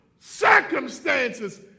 circumstances